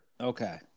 Okay